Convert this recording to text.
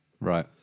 Right